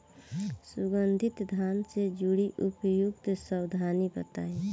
सुगंधित धान से जुड़ी उपयुक्त सावधानी बताई?